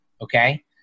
Okay